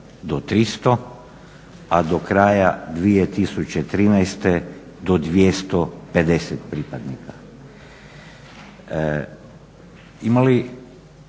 do 300, a do kraja 2013. do 250 pripadnika.